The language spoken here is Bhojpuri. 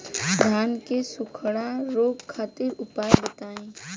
धान के सुखड़ा रोग खातिर उपाय बताई?